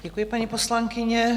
Děkuji, paní poslankyně.